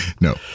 No